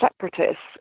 separatists